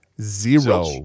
Zero